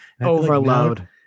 Overload